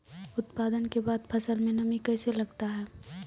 उत्पादन के बाद फसल मे नमी कैसे लगता हैं?